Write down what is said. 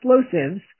explosives